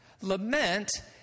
Lament